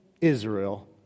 Israel